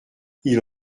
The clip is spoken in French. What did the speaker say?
ils